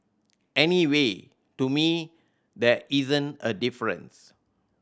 anyway to me there isn't a difference